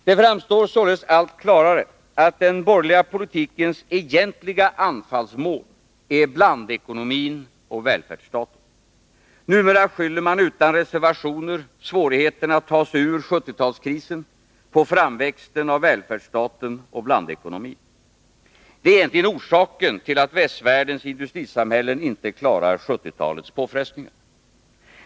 Det framstår således allt klarare att den borgerliga politikens egentliga anfallsmål är blandekonomin och välfärdsstaten. Numera skyller man utan reservationer svårigheterna att ta sig ur 1970-talskrisen på framväxten av välfärdsstaten och blandekonomin. Det är egentligen orsaken till att västvärldens industrisamhällen inte klarar 1970-talets påfrestningar.